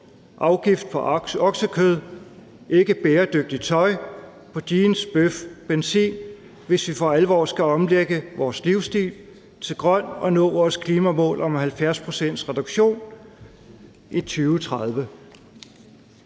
flyver, på oksekød og ikke bæredygtigt tøj – på jeans, bøf og benzin – hvis vi for alvor skal omlægge vores livsstil til at være grøn og nå vores klimamål om en 70-procentsreduktion i 2030.